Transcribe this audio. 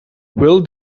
will